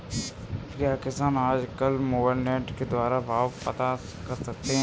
क्या किसान आज कल मोबाइल नेट के द्वारा भाव पता कर सकते हैं?